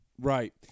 Right